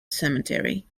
cemetery